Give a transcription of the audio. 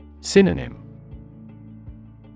Synonym